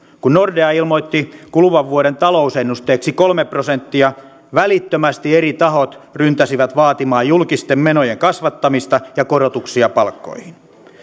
kun nordea ilmoitti kuluvan vuoden talouskasvuennusteeksi kolme prosenttia välittömästi eri tahot ryntäsivät vaatimaan julkisten menojen kasvattamista ja korotuksia palkkoihin